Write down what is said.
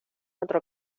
otro